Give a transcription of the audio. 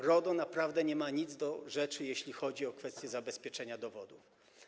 RODO naprawdę nie ma nic do rzeczy, jeśli chodzi o kwestię zabezpieczenia dowodów.